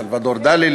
סלבדור דאלי,